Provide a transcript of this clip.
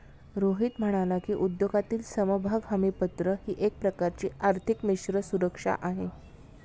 रोहित म्हणाला की, उद्योगातील समभाग हमीपत्र ही एक प्रकारची आर्थिक मिश्र सुरक्षा आहे